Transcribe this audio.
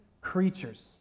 creatures